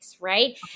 right